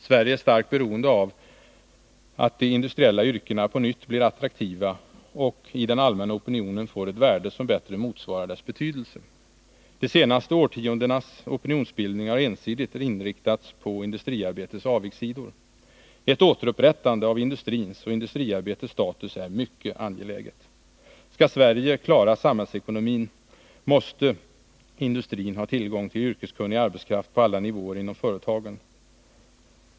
Sverige är starkt beroende av att de industriella yrkena på nytt blir attraktiva och i den allmänna opinionen får ett värde som bättre motsvarar deras betydelse. De senaste årtiondenas opinionsbildning har ensidigt inriktats mot industriarbetets avigsidor. Ett återupprättande av industrins och industriarbetets status är mycket angeläget. Skall Sverige klara samhällsekonomin, måste industrin ha tillgång till yrkeskunnig arbetskraft på alla nivåer inom företagen.